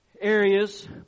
areas